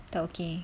tak okay